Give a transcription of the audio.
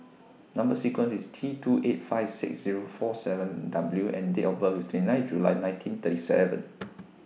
Number sequence IS T two eight five six Zero four seven W and Date of birth IS twenty nine July nineteen thirty seven